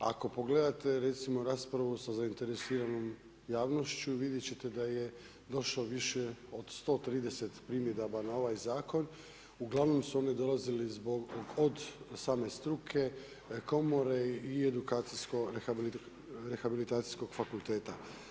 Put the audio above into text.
Ako pogledate recimo raspravu sa zainteresiranom javnošću vidjeti ćete da je došlo više od 130 primjedaba na ovaj zakon, uglavnom su oni dolazili od same struke, komore i edukacijsko rehabilitacijskog fakulteta.